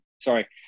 sorry